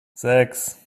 sechs